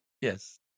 yes